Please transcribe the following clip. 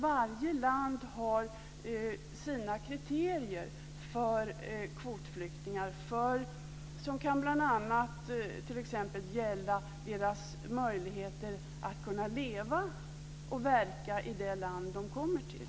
Varje land har sina kriterier för kvotflyktingar. Det kan bl.a. gälla deras möjligheter att kunna leva och verka i det land de kommer till.